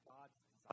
God's